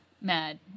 mad